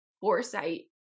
foresight